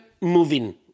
moving